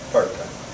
Part-time